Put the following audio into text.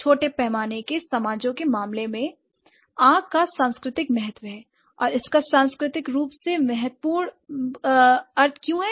छोटे पैमाने के समाजों के मामले में आंख का सांस्कृतिक महत्व है l और इसका सांस्कृतिक रूप से महत्वपूर्ण क्यों है